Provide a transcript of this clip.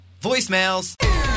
Voicemails